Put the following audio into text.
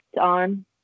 on